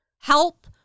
help